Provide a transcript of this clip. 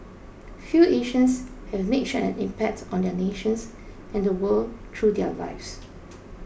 few Asians have made such an impact on their nations and the world through their lives